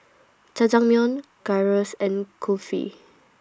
Jajangmyeon Gyros and Kulfi